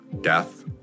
death